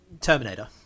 terminator